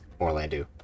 Orlando